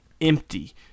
empty